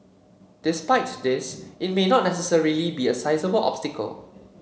despite this it may not necessarily be a sizeable obstacle